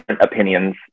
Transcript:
opinions